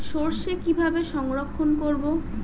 সরষে কিভাবে সংরক্ষণ করব?